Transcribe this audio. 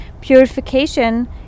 purification